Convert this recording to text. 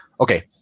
okay